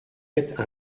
être